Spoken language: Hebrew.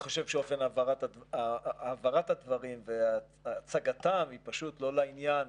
אני חשוב שאופן העברת הדברים והצגתם היא פשוט לא לעניין,